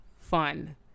fun